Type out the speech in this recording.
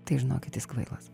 tai žinokit jis kvailas